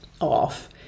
off